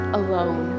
alone